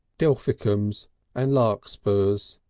delphicums and larkspurs,